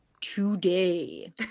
today